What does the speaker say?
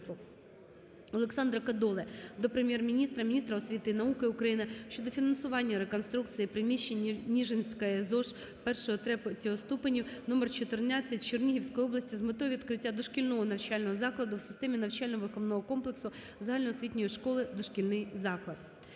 Олександра Кодоли до Прем'єр-міністра, міністра освіти і науки України щодо фінансування реконструкції приміщення Ніжинської ЗОШ І-ІІІ ступенів номер 14 Чернігівської області з метою відкриття дошкільного навчального закладу в системі навчально-виховного комплексу загальноосвітньої школи - дошкільний заклад.